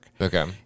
Okay